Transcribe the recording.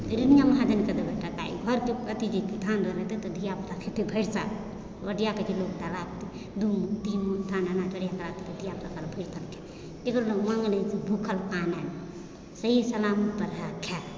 ऋणी आ महाजनकेँ देबै टाका ई घरके अथि जे धान रहलै तऽ धियापुता खेतै भरि साल कहै छै लोक तऽ राख तू दू तीन गो थान अनाज रहैए तऽ धियापुता भरि साल खेतै ककरोसँ माँगय नहि आ भूखल नहि रहए सही सलामत रहए खाए